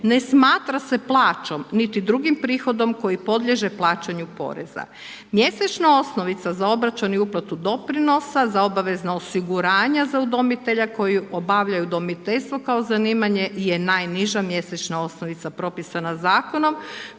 ne smatra se plaćom, niti drugim prihodom, koji podliježe plaćanju porezna. Mjesečna osnovica za obračun i uplatu doprinosa, za obvezno osiguranja za udomitelja koji obavljaju udomiteljstvo kao zanimanje, je najniža mjesečna osnovica propisana zakonom